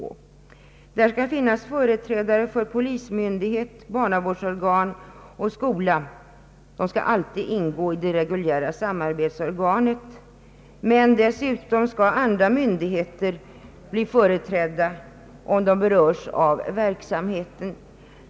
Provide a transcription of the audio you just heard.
I samarbetsorganet skall alltid finnas företrädare för polismyndighet, barnavårdsorgan och skola, men dessutom skall andra myndigheter bli företrädda om de berörs av verksamheten.